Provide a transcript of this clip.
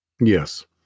Yes